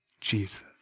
Jesus